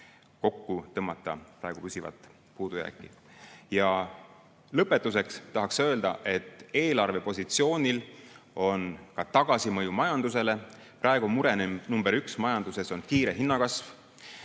kokku tõmmata praegu püsivat puudujääki. Lõpetuseks tahaksin öelda, et eelarvepositsioonil on ka tagasimõju majandusele. Praegune esmane mure majanduses on kiire hinnakasv.